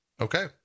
Okay